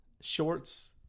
shorts